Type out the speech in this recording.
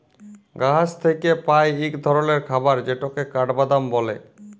গাহাচ থ্যাইকে পাই ইক ধরলের খাবার যেটকে কাঠবাদাম ব্যলে